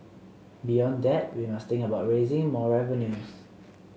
beyond that we must think about raising more revenues